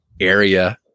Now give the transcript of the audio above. area